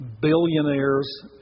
billionaires